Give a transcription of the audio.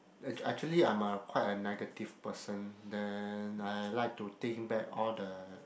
ac~ actually I'm a quite a negative person then I like to think back all the